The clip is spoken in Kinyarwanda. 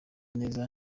neza